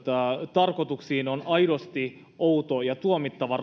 tarkoituksiin on aidosti outo ja tuomittava